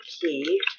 Key